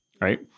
right